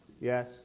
Yes